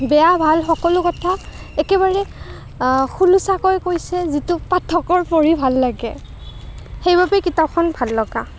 বেয়া ভাল সকলো কথা একেবাৰে খোলোচাকৈ কৈছে যিটো পাঠকৰ পঢ়ি ভাল লাগে সেইবাবেই কিতাপখন ভাল লগা